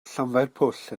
llanfairpwll